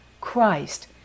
Christ